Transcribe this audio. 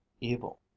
evil